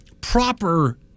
proper